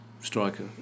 striker